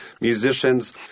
musicians